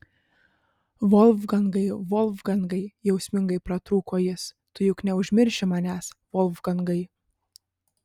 volfgangai volfgangai jausmingai pratrūko jis tu juk neužmirši manęs volfgangai